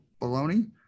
baloney